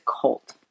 cult